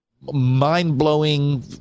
mind-blowing